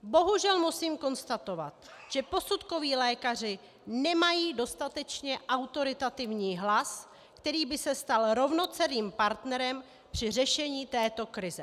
Bohužel musím konstatovat, že posudkoví lékaři nemají dostatečně autoritativní hlas, který by se stal rovnocenným partnerem při řešení této krize.